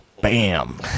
Bam